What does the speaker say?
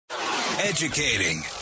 Educating